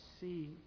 see